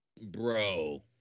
Bro